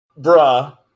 Bruh